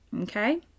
okay